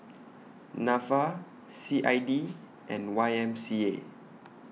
Nafa C I D and Y M C A